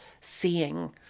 seeing